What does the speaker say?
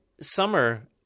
summer